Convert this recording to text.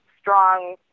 strong